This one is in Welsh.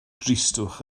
dristwch